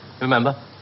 remember